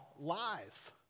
lies